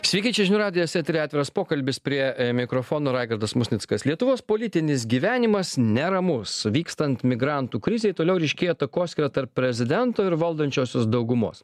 sveiki čia žinių radijas etery atviras pokalbis prie mikrofono raigardas musnickas lietuvos politinis gyvenimas neramus vykstant migrantų krizei toliau ryškėja takoskyra tarp prezidento ir valdančiosios daugumos